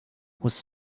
was